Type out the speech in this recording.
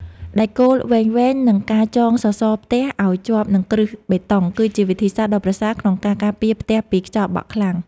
ដែកគោលវែងៗ និងការចងសសរផ្ទះឱ្យជាប់នឹងគ្រឹះបេតុង គឺជាវិធីសាស្ត្រដ៏ប្រសើរក្នុងការការពារផ្ទះពីខ្យល់បក់ខ្លាំង។